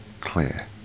clear